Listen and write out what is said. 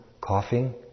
coughing